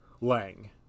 Lang